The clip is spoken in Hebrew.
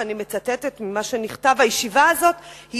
ואני מצטטת ממה שנכתב: הישיבה הזאת היא